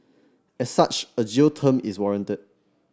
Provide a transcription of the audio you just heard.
as such a jail term is warranted